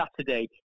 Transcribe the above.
Saturday